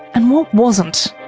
and what wasn't?